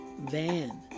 Van